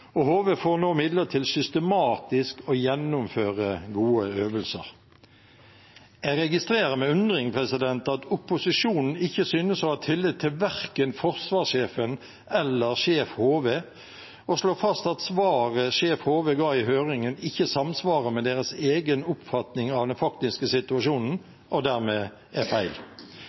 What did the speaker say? HV får nå midler til systematisk å gjennomføre gode øvelser. Jeg registrerer med undring at opposisjonen ikke synes å ha tillit til verken forsvarssjefen eller sjef HV og slår fast at svaret sjef HV ga i høringen, ikke samsvarer med deres egen oppfatning av den faktiske situasjonen, og dermed er feil.